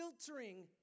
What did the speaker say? filtering